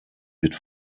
wird